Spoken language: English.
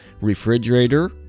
Refrigerator